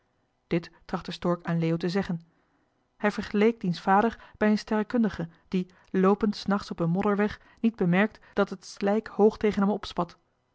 stork aan leo te zeggen hij vergeleek diens vader bij een sterrekundige die loopend's nachts op een modderweg niet bemerkt dat het slijk hoog tegen hem